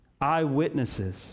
Eyewitnesses